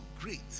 great